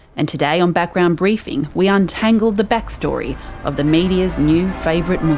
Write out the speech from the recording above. and today on background briefing, we untangle the back-story of the media's new favourite and